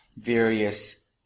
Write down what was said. various